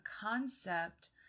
concept